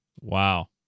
Wow